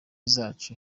zacu